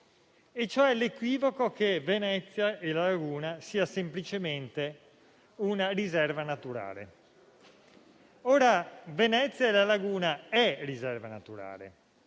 l'equivoco che Venezia e la laguna siano semplicemente una riserva naturale. Ora, Venezia e la laguna sono una riserva naturale;